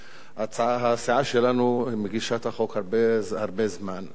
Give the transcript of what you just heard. הסיעה שלנו מגישה את החוק הרבה הרבה זמן,